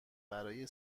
برای